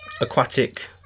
aquatic